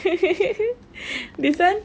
this [one]